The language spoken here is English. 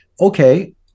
Okay